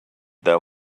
their